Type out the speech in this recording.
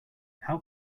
how